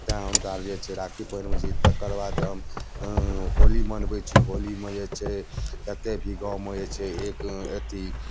तैँ हम चाहब जे राखी पहिरैत छी तकर बाद तऽ हम होली मनबैत छी होलीमे जे छै कतेक भी गावँमे जे छै एक अथी